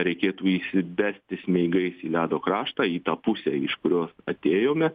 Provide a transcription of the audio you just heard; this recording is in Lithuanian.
reikėtų įsibesti smeigais į ledo kraštą į tą pusę iš kurios atėjome